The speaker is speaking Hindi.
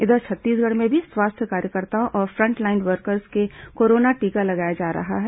इधर छत्तीसगढ़ में भी स्वास्थ्य कार्यकर्ताओं और फ्रंटलाइन वर्कर्स को कोरोना टीका लगाया जा रहा है